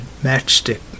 matchstick